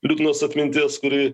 liūdnos atminties kuri